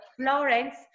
florence